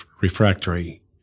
Refractory